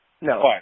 No